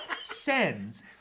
sends